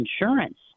insurance